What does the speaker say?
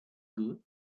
good